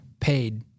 paid